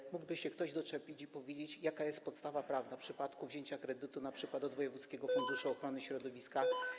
Ktoś mógłby się doczepić i powiedzieć, jaka jest podstawa prawna w przypadku wzięcia kredytu np. od wojewódzkiego funduszu ochrony środowiska.